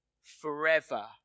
forever